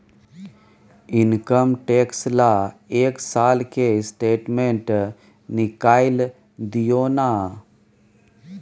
Income tax ल एक साल के स्टेटमेंट निकैल दियो न?